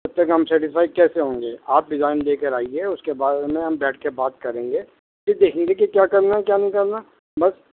تب تک ہم سٹسفائی کیسے ہوں گے آپ ڈیزائن لے کر آئیے اس کے بارے میں ہم بیٹھ کے بات کریں گے پھر دیکھیں گے کہ کیا کرنا کیا نہیں کرنا بس